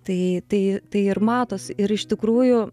tai tai tai ir matosi ir iš tikrųjų